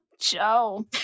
Joe